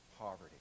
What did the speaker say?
poverty